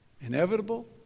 Inevitable